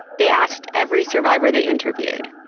they asked every survivor they interviewed,